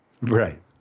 Right